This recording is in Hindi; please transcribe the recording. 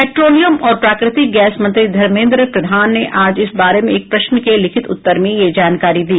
पेट्रोलियम और प्राकृतिक गैस मंत्री धर्मेन्द्र प्रधान ने आज इस बारे में एक प्रश्न के लिखित उत्तर में यह जानकारी दी